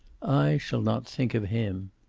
i shall not think of him.